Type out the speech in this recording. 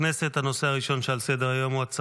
מדינת הלאום של העם היהודי (תיקון,